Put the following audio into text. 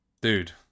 Dude